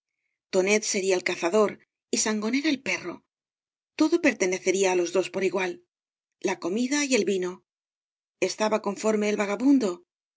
tonet geria el cazador y sangonera el perro todo pertenecería á los dob por igual la comida y el vino estaba confornae el vagabundo